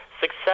success